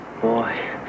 Boy